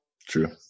true